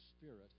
Spirit